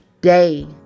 day